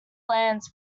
lands